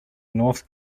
north